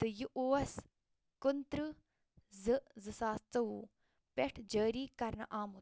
تہٕ یہِ اوس کُنہٕ تٕرٛہ زٕ ساس ژۄوُہ پٮ۪ٹھ جٲری کرنہٕ آمُت